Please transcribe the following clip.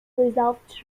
preserved